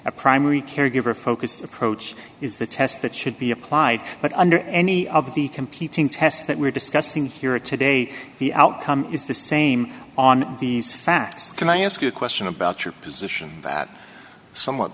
a primary caregiver a focused approach is the test that should be applied but under any of the competing tests that we're discussing here today the outcome is the same on these facts can i ask you a question about your position that somewhat